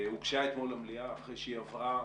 הוגשה אתמול למליאה אחרי שהיא עברה